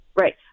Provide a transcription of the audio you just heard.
right